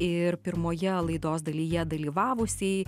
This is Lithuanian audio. ir pirmoje laidos dalyje dalyvavusiai